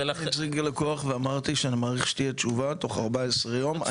ולכן --- אני נציג הלקוח ואמרתי שאני מעריך שתהיה תשובה תוך 14 יום.